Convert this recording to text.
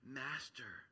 master